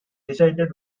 decided